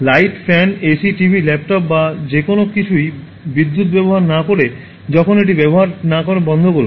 light fan AC TV laptop বা যে কোনও কিছুই বিদ্যুৎ ব্যবহার না করে যখন এটি ব্যবহার না করে বন্ধ করুন